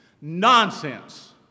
Nonsense